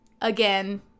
Again